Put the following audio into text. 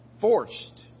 forced